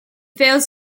fails